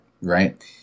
Right